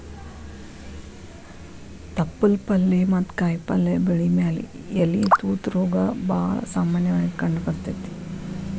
ತಪ್ಪಲ ಪಲ್ಲೆ ಮತ್ತ ಕಾಯಪಲ್ಲೆ ಬೆಳಿ ಮ್ಯಾಲೆ ಎಲಿ ತೂತ ರೋಗ ಬಾಳ ಸಾಮನ್ಯವಾಗಿ ಕಂಡಬರ್ತೇತಿ